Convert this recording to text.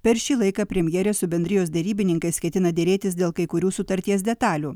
per šį laiką premjerė su bendrijos derybininkais ketina derėtis dėl kai kurių sutarties detalių